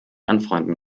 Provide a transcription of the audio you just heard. anfreunden